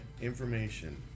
information